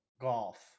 golf